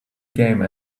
game